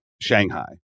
Shanghai